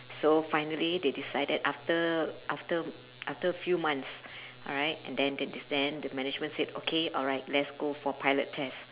so finally they decided after after after few months alright and then th~ then the management said okay alright let's go for pilot test